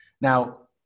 Now